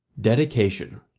dedication